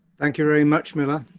thank you very much mila.